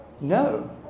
No